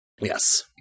Yes